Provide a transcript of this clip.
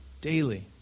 daily